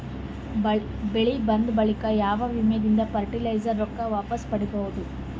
ಬೆಳಿ ಬಂದ ಬಳಿಕ ಯಾವ ವಿಮಾ ದಿಂದ ಫರಟಿಲೈಜರ ರೊಕ್ಕ ವಾಪಸ್ ಪಡಿಬಹುದು?